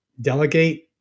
delegate